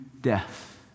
death